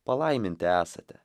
palaiminti esate